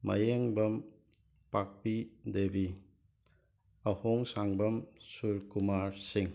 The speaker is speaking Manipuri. ꯃꯌꯦꯡꯕꯝ ꯄꯥꯛꯄꯤ ꯗꯦꯕꯤ ꯑꯍꯣꯡꯁꯥꯡꯕꯝ ꯁꯨꯔꯀꯨꯃꯥꯔ ꯁꯤꯡ